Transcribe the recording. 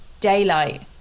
daylight